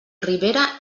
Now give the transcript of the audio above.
ribera